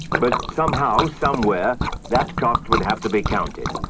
but somehow, somewhere that cost would have to be counted,